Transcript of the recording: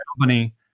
company